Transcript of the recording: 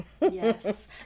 yes